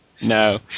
No